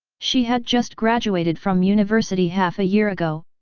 she had just graduated from university half a year ago,